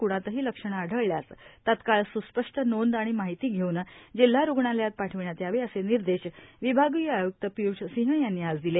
कृणातही लक्षणे आढळल्यास तत्काळ सुस्पष्ट नोंद आणि माहिती घेऊन जिल्हा रूग्णालयात पाठविण्यात यावे असे निर्देश विभागीय आयुक्त पीयूष सिंह यांनी आज दिले